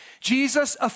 Jesus